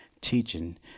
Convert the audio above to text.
teaching